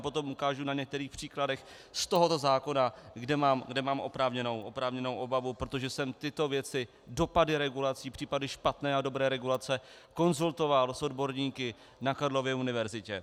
Potom vám ukážu na některých příkladech z tohoto zákona, kde mám oprávněnou obavu, protože jsem tyto věci dopady regulací, případy špatné a dobré regulace konzultoval s odborníky na Karlově univerzitě.